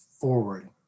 forward